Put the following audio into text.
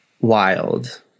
wild